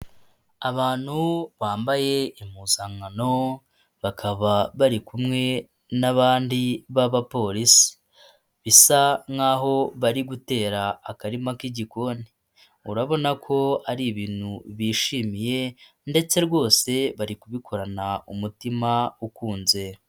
Abantu bambaye impusankano, bakaba bari kumwe n'abandi b'abapolisi, bisa nkaho bari gutera akarima k'igikoni, urabona ko ari ibintu bishimiye, ndetse rwose bari kubikorana umutima ukunze.